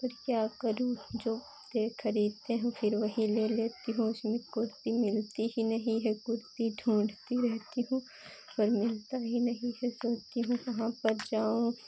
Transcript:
फिर क्या करूँ जो ख़रीदते हैं फिर वही ले लेती हूँ इसमें कुर्ती मिलती ही नहीं है कुर्ती ढूँढती रहती हूँ पर मिलता ही नहीं है सोचती हूँ कहाँ पर जाऊँ